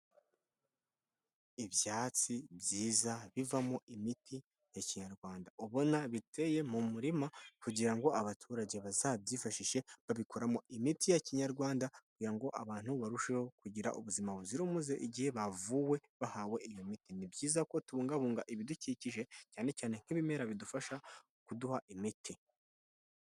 Ibyatsi byiza bivamo imiti ya kinyarwanda ubona biteye mu murima kugira ngo abaturage bazabyifashishe babikoramo imiti ya kinyarwanda kugira ngo abantu barusheho kugira ubuzima buzira umuze igihe bavuwe bahawe iyo miti, ni byiza ko tubungabunga ibidukikije cyane cyane nk'ibimera bidufasha kuduha imiti.